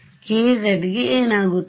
kz ಗೆ ಏನಾಗುತ್ತದೆ